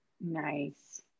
Nice